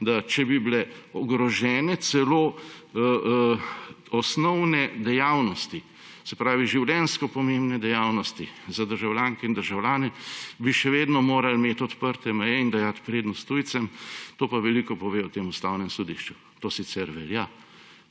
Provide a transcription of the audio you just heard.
da če bi bile ogrožene celo osnovne dejavnosti, se pravi življenjsko pomembne dejavnosti za državljanke in državljane, bi še vedno morali imeti odprte meje in dajati prednost tujcem, to pa veliko pove o tem ustavnem sodišču. To sicer velja,